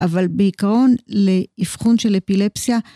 אבל בעיקרון לאבחון של אפילפסיה.